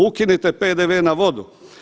Ukinite PDV na vodu.